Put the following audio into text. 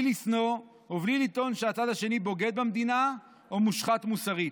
לשנוא ובלי לטעון שהצד השני בוגד במדינה או מושחת מוסרית.